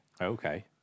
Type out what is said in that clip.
Okay